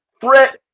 threat